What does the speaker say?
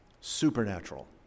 supernatural